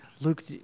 Luke